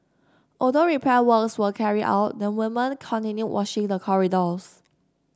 although repair works were carried out the woman continued washing the corridors